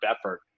effort